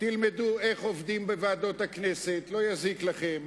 תלמדו איך עובדים בוועדות הכנסת, לא יזיק לכם,